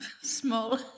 small